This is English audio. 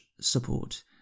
support